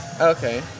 Okay